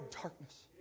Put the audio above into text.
darkness